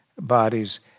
bodies